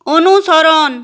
অনুসরণ